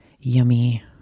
yummy